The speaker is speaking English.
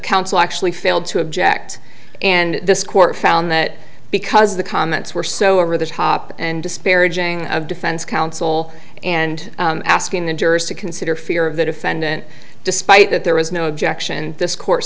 counsel actually failed to object and this court found that because the comments were so over the top and disparaging of defense counsel and asking the jurors to consider fear of the defendant despite that there was no objection this cour